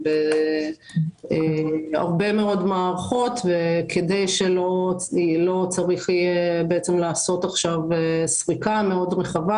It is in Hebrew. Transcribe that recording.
זה הרבה מאוד מערכות וכדי שלא יהיה צורך לעשות סריקה רחבה